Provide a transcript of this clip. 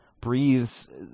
breathes